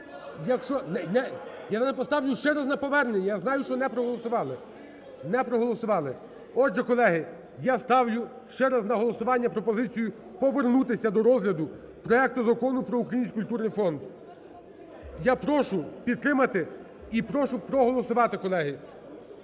Я зараз поставлю ще раз на повернення, я знаю, що не проголосували. Не проголосували. Отже, колеги, я ставлю ще раз на голосування пропозицію повернутися до розгляду проекту Закону про Український культурний фонд. Я прошу підтримати і прошу проголосувати, колеги.